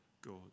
God